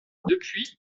depuis